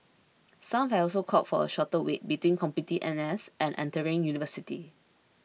some have also called for a shorter wait between completing N S and entering university